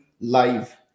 live